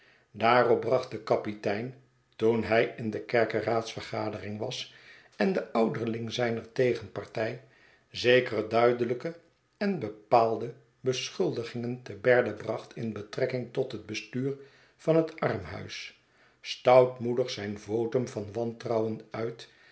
daarop bracht de kapitein toen hij in de kerkeraads vergadering was en de ouderling zijner tegenpartij zekere duidelijke en bepaalde beschuldigingen te berde bracht in betrekking tot het bestuur van het armhuis stoutmoedig zijn votum van wantrouwen uit